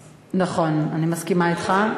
נכון, אני מסכימה אתך.